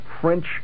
French